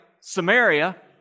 Samaria